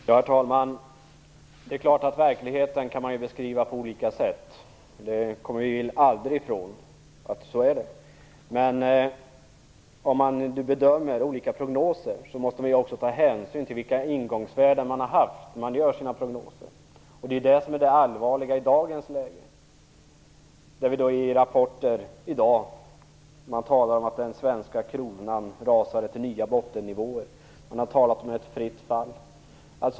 Herr talman! Verkligheten kan naturligtvis beskrivas på olika sätt. Det kommer vi väl aldrig ifrån. Men när man bedömer olika prognoser måste man också ta hänsyn till vilka ingångsvärden som funnits i prognoserna. Det allvarliga i dagens läge är att man i rapporter talar om att den svenska kronan rasar till nya bottennivåer. Man har talat om ett fritt fall.